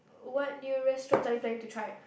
what new restaurants are you planning to try